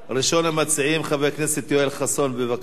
ראשון המציעים, חבר הכנסת יואל חסון, בבקשה.